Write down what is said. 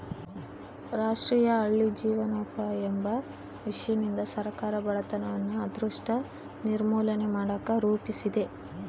ರಾಷ್ಟ್ರೀಯ ಹಳ್ಳಿ ಜೀವನೋಪಾಯವೆಂಬ ಮಿಷನ್ನಿಂದ ಸರ್ಕಾರ ಬಡತನವನ್ನ ಆದಷ್ಟು ನಿರ್ಮೂಲನೆ ಮಾಡಕ ರೂಪಿಸಿದೆ